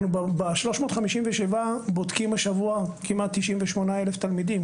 אנחנו ב-357 בודקים השבוע כמעט 98,000 תלמידים,